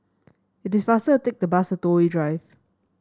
it is faster to take the bus to Toh Yi Drive